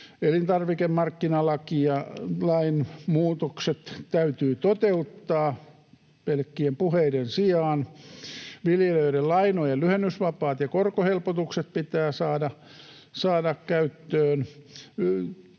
elintarvikemarkkinalain muutokset täytyy toteuttaa pelkkien puheiden sijaan, viljelijöiden lainojen lyhennysvapaat ja korkohelpotukset pitää saada käyttöön,